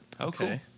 Okay